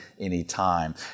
anytime